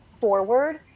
forward